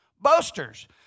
Boasters